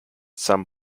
some